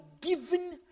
given